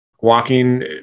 walking